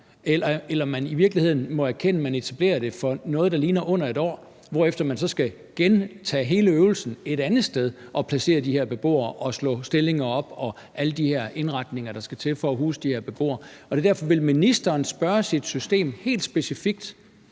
virkeligheden må erkende, at man etablerer det for noget, der ligner under et år, hvorefter man så skal gentage hele øvelsen et andet sted og placere de her beboere og slå stillinger op og lave alle de her indretninger, der skal til for at huse de her beboere. Derfor: Vil ministeren spørge sit system helt specifikt,